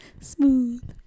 Smooth